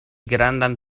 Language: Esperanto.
grandan